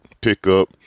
pickup